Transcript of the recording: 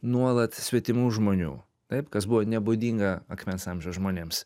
nuolat svetimų žmonių taip kas buvo nebūdinga akmens amžiaus žmonėms